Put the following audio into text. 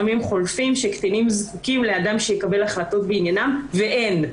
כשקטינים זקוקים לאדם שיקבל החלטות בעניינם ואין.